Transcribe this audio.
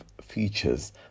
features